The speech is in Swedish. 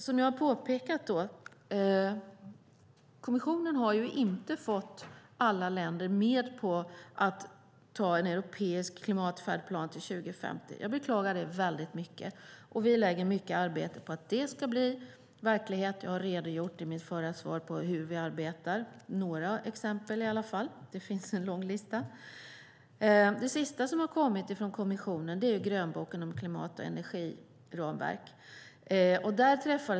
Som jag har påpekat har kommissionen inte fått alla länder med på att ta en europeisk klimatfärdplan till 2050. Jag beklagar det väldigt mycket. Vi lägger mycket arbete på att det ska bli verklighet, och jag har i mitt förra inlägg redogjort för hur vi arbetar. Jag gav i alla fall några exempel, men det finns en lång lista. Det sista som har kommit från kommissionen är grönboken om klimat och energiramverk.